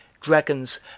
Dragons